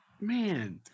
man